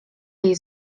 jej